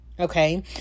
okay